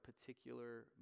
particular